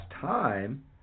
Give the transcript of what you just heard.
time